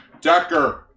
Decker